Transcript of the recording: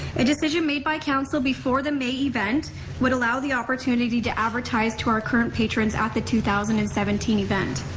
a decision made by council before the may event would allow the opportunity to advertise to our current patrons at the two thousand and seventeen event.